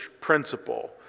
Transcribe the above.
principle